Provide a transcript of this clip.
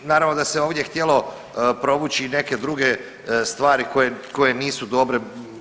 Naravno da se ovdje htjelo provući i neke druge stvari koje, koje nisu dobre.